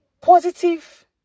positive